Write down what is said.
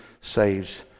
saves